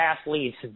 athletes